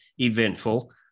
eventful